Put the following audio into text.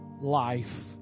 life